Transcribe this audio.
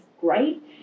great